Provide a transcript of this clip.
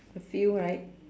a few right